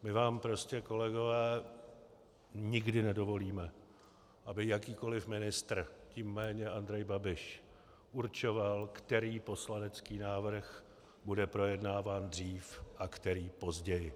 My vám prostě, kolegové, nikdy nedovolíme, aby jakýkoliv ministr, tím méně Andrej Babiš, určoval, který poslanecký návrh bude projednáván dřív a který později.